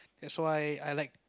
that's why I like